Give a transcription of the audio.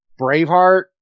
braveheart